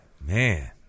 Man